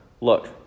look